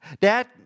Dad